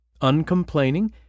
Uncomplaining